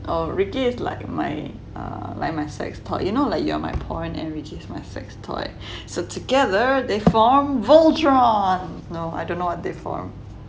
oh ricky is like my err like my sex toy you know like you are my porn and ricky is like my sex toy so together they form voltron no I don't know what they form